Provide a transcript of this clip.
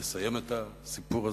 ולסיים את הסיפור הזה,